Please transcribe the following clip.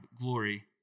glory